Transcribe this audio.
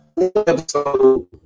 episode